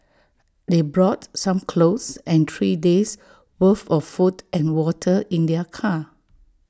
they brought some clothes and three days' worth of food and water in their car